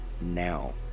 now